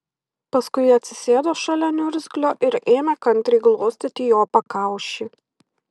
paskui atsisėdo šalia niurzglio ir ėmė kantriai glostyti jo pakaušį